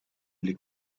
les